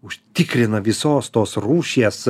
užtikrina visos tos rūšies